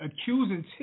accusing